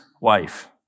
wife